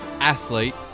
athlete